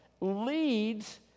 leads